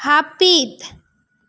ᱦᱟᱹᱯᱤᱫ